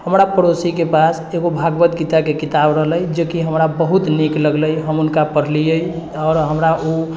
हमरा पड़ोसीके पास एगो भागवत गीताके किताब रहलै जे कि हमरा बहुत नीक लगलै हम हुनका पढ़लिए आओर हमरा ओ